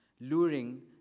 luring